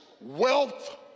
wealth